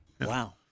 wow